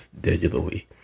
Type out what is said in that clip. digitally